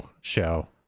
show